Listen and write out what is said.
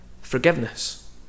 forgiveness